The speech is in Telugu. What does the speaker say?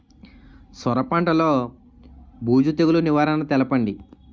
సొర పంటలో బూజు తెగులు నివారణ తెలపండి?